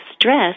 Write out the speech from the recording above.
stress